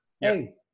Hey